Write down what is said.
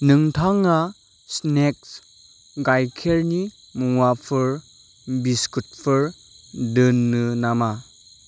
नोंथाङा स्नेक्स गाइखेरनि मुवाफोर बिस्कुटफोर दोनो नामा